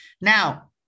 Now